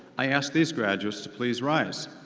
i ask these graduates to please rise.